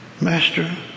master